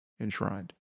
enshrined